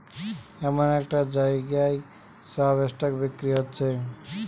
এমন একটা জাগায় সব স্টক বিক্রি হচ্ছে